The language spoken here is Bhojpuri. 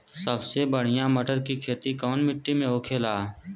सबसे बढ़ियां मटर की खेती कवन मिट्टी में होखेला?